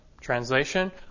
Translation